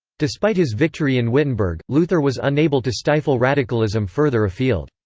despite his victory in wittenberg, luther was unable to stifle radicalism further afield.